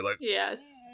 Yes